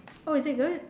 oh is it good